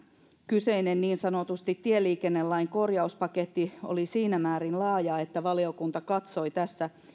kyseinen niin sanottu tieliikennelain korjauspaketti oli siinä määrin laaja että valiokunta katsoi tässä